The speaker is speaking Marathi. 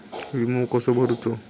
विमा कसो भरूचो?